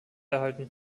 erhalten